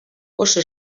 oso